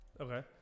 Okay